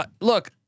Look